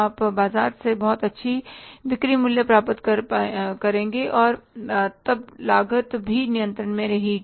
आप बाजार से बहुत अच्छी बिक्री मूल्य प्राप्त कर पाएंगे और लागत भी नियंत्रण में रहेगी